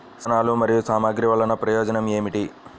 సాధనాలు మరియు సామగ్రి వల్లన ప్రయోజనం ఏమిటీ?